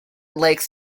lakes